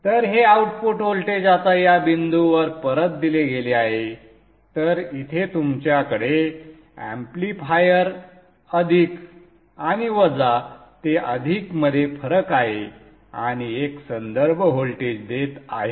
तर हे output voltage आता या बिंदूवर परत दिले गेले आहेतर इथे तुमच्याकडे एम्प्लिफायर अधिक आणि वजा ते अधिक मध्ये फरक आहे आणि एक संदर्भ व्होल्टेज देत आहे